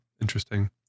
interesting